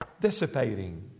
dissipating